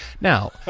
Now